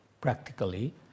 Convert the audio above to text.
practically